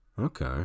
Okay